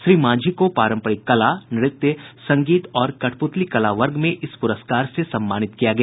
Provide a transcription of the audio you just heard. श्री मांझी को पारंपरिक कला नृत्य संगीत और कठपुतली कला वर्ग में इस पुरस्कार से सम्मानित किया गया